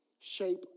shape